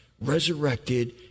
resurrected